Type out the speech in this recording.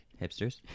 Hipsters